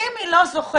אם היא לא זוכרת,